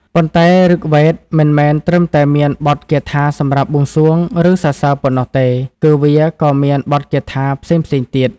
ប៉ុន្តែ ឫគវេទមិនមែនត្រឹមតែមានបទគាថាសម្រាប់បួងសួង ឬសរសើរប៉ុណ្ណោះទេ គឺវាក៏មាន បទគាថាផ្សេងៗទៀត។